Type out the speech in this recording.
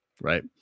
right